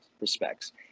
respects